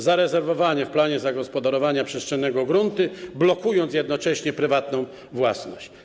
Zarezerwowano w planie zagospodarowania przestrzennego grunty, blokując jednocześnie prywatną własność.